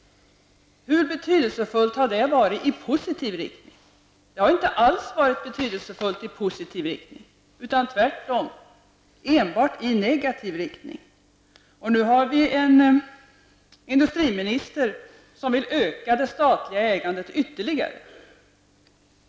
Hur betydelsefullt har det varit i positiv riktning? Det har inte alls varit betydelsefullt i positiv riktning. Tvärtom har det varit betydelsefullt enbart i negativ riktning. Nu har vi en industriminister som vill öka det statliga ägandet ytterligare.